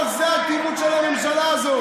אני לא מבין את הדבר הזה.